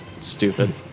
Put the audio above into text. stupid